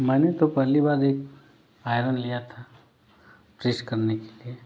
मैंने तो पहली बार एक आयरन लिया था प्रेस करने के लिए